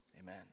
Amen